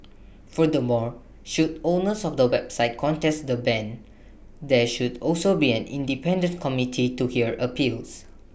furthermore should owners of the websites contest the ban there should also be an independent committee to hear appeals